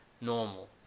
Normal